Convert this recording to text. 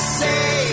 say